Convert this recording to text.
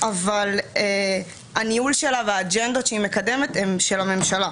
אבל הניהול שלה והאג'נדות שהיא מקדמת הן של הממשלה.